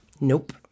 Nope